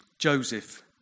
Joseph